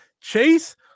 Chase